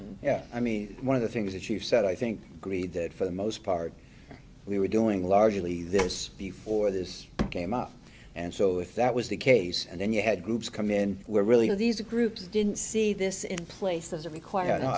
and yeah i mean one of the things that you said i think agreed that for the most part we were doing largely this before this came up and so if that was the case and then you had groups come in were really these groups didn't see this in place